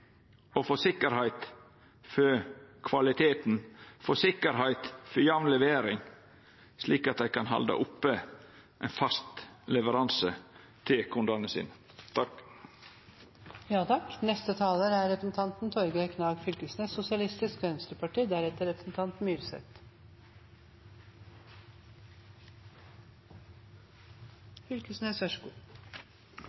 sikkerheit for kvaliteten, få sikkerheit for jamn levering, slik at dei kan halda oppe ein fast leveranse til kundane